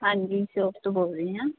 ਹਾਂਜੀ ਸੋਪ ਤੋਂ ਬੋਲ ਰਹੇ ਆ